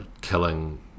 killing